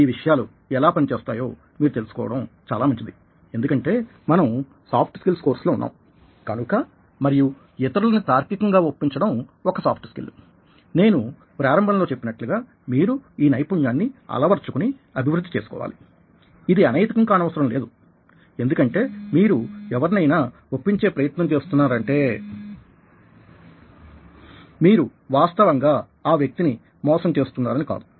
ఈ విషయాలు ఎలా పనిచేస్తాయో మీరు తెలుసుకోవడం చాలా మంచిది ఎందుకంటే మనం సాఫ్ట్ స్కిల్స్ కోర్సు లో ఉన్నాం కనుక మరియి ఇతరులని తార్కికంగా ఒప్పించడం ఒక సాఫ్ట్ స్కిల్ నేను నేను ప్రారంభంలో చెప్పినట్లుగా మీరు ఈ నైపుణ్యాన్ని అలవర్చుకుని అభివృద్ధి చేసుకోవాలి ఇది అనైతికం కానవసరం లేదు ఎందుకంటే మీరు ఎవరినైనా ఒప్పించే ప్రయత్నం చేస్తున్నారంటే మీరు వాస్తవంగా ఆ వ్యక్తిని మోసం చేస్తున్నారని కాదు